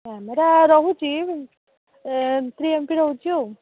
camera ରହୁଛି three M P ରହୁଛି ଆଉ